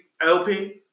LP